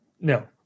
No